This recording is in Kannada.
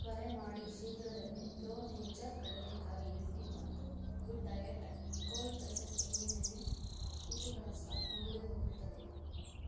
ತ್ವರೆ ಮಾಡಿ ಶೀಘ್ರದಲ್ಲೇ ಪ್ರೋ ನೇಚರ್ ಕಡಲೇಕಾಯಿ ಎಣ್ಣೆ ಮತ್ತು ಗುಡ್ಡಯೆಟ್ ಕೋಲ್ಡ್ ಪ್ರೆಸೆಡ್ ತೆಂಗಿನೆಣ್ಣೆ ಇವುಗಳ ಸ್ಟಾಕ್ ಮುಗಿದುಹೋಗುತ್ತದೆ